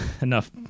enough